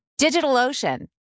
DigitalOcean